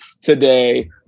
today